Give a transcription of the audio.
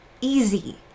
easy